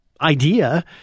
idea